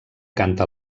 canta